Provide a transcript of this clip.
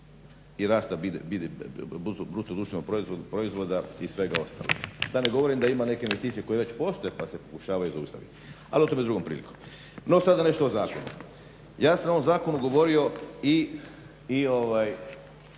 i rasta BDP-a i svega ostaloga. Da ne govorim da ima već nekih investicija koje već postoje pa se pokušavaju zaustaviti. No sada nešto o zakonu. Ja sam o ovom zakonu govorio i